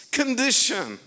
condition